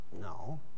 No